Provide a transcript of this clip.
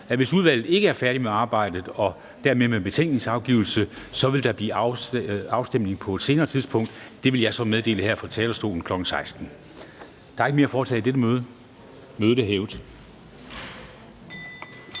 hvis udvalget ikke er færdig med arbejdet og dermed med betænkningsafgivelsen, vil der blive afstemning på et senere tidspunkt. Det vil jeg så meddele her fra talerstolen kl. 16.00. Mødet er hævet.